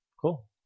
Cool